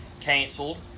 canceled